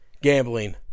gambling